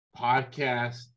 Podcast